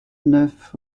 neuf